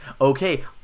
okay